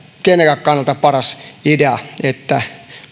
kenenkään kannalta paras idea että